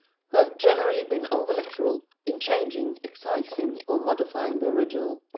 who have generally been over-literal, in changing, excising, or modifying the original.